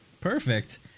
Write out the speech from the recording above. Perfect